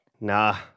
Nah